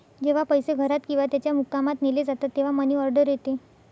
जेव्हा पैसे घरात किंवा त्याच्या मुक्कामात नेले जातात तेव्हा मनी ऑर्डर येते